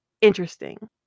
interesting